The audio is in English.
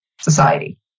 society